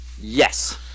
Yes